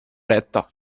retta